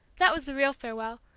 that was the real farewell,